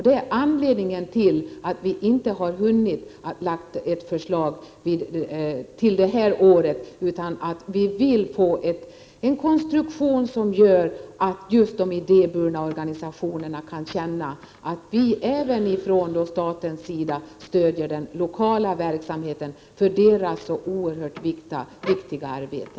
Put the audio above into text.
Det är anledningen till att vi inte har hunnit lägga fram ett förslag till det här året. Vi vill få en konstruktion som gör att just de idéburna organisationerna kan känna att vi även från statens sida stöder den lokala verksamheten i deras så oerhört viktiga arbete.